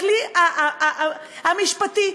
הכלי המשפטי,